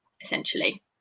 essentially